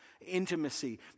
intimacy